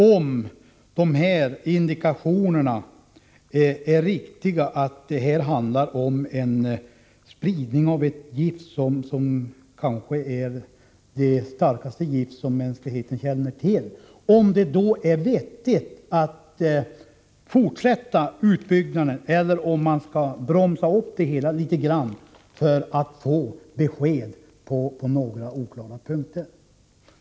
Om indikationerna är riktiga, att det handlar om spridning av kanske det starkaste gift som mänskligheten känner till, måste man ändå ställa sig frågan om det är vettigt att fortsätta utbyggnaden, eller om man skall bromsa upp det hela litet grand för att få besked på några oklara punkter.